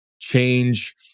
change